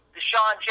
Deshaun